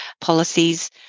policies